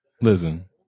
Listen